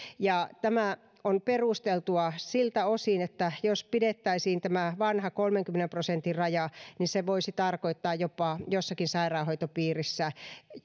ja tämä on perusteltua siltä osin että jos pidettäisiin tämä vanha kolmenkymmenen prosentin raja niin se voisi tarkoittaa jopa jossakin sairaanhoitopiirissä